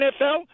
NFL